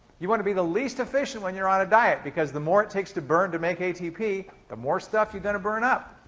you want to be the least efficient when you're on a diet because the more it takes to burn to make atp, the more stuff you're going to burn up.